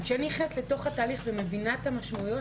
וכשאני נכנסת לתוך התהליך ומבינה את המשמעויות